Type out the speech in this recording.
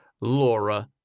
Laura